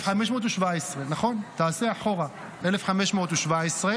1517, נכון, תעשה אחורה, 1517,